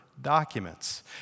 documents